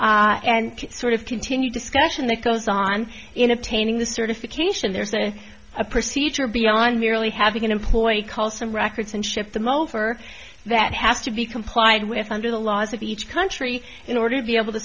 negotiation and sort of continued discussion that goes on in obtaining the certification there is there a procedure beyond merely having an employee call some records and ship them over that has to be complied with under the laws of each country in order to be able to